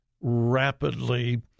rapidly